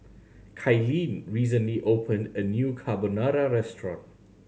Kylene recently opened a new Carbonara Restaurant